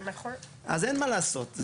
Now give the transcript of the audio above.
אז אין מה לעשות.